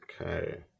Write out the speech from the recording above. Okay